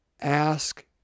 ask